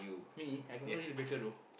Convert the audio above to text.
me I have no deal breaker though